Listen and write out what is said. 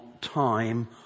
time